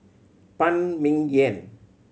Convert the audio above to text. Phan Ming Yen